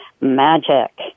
magic